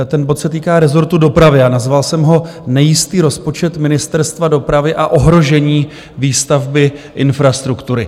Ten bod se týká rezortu dopravy a nazval jsem ho Nejistý rozpočet Ministerstva dopravy a ohrožení výstavby infrastruktury.